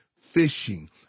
fishing